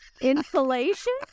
Insulation